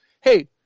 hey